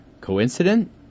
Coincident